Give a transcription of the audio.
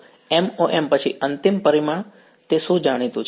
તો MoM પછી અંતિમ પરિણામ તે શું જાણીતું છે